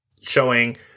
showing